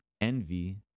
envy